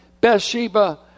Bathsheba